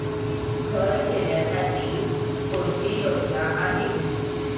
घर घेण्यासाठी कोणती योजना आहे?